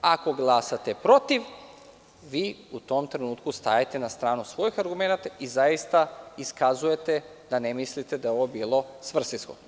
Ako glasate protiv, vi u tom trenutku stajete na stranu svojih argumenata i zaista iskazujete da ne mislite da je ovo bilo svrsishodno.